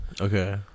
Okay